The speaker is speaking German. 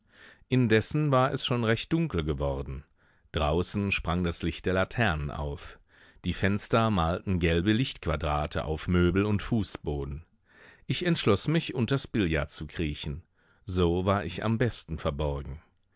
indessen war es schon recht dunkel geworden draußen sprang das licht der laternen auf die fenster malten gelbe lichtquadrate auf möbel und fußboden ich entschloß mich unters billard zu kriechen so war ich am besten verborgen